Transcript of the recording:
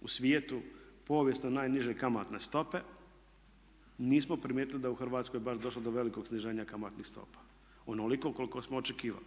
u svijetu povijesno najniže kamatne stope. Nismo primijetili da je u Hrvatskoj baš došlo do velikog sniženja kamatnih stopa onoliko koliko smo očekivali.